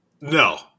No